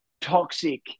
toxic